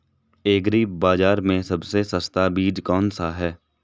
Agree बाज़ार में सबसे सस्ता बीज कौनसा है?